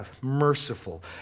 merciful